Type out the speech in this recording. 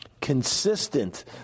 consistent